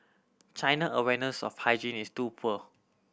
China awareness of hygiene is too poor